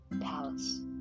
palace